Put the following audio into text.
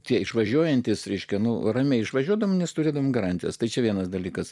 tie išvažiuojantys reiškiami ramiai išvažiuodami nesudedame garantijos tai čia vienas dalykas